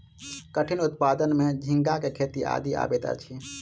कठिनी उत्पादन में झींगा के खेती आदि अबैत अछि